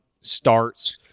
starts